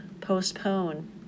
postpone